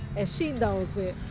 and she knows it.